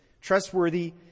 Trustworthy